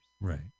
Right